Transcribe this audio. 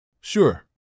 Sure